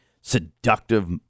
seductive